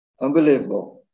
Unbelievable